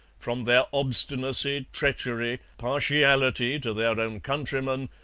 from their obstinacy, treachery, partiality to their own countrymen,